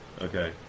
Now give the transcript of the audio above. Okay